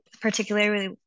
particularly